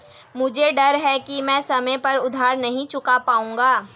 मुझे डर है कि मैं समय पर उधार नहीं चुका पाऊंगा